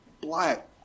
black